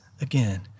again